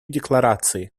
декларации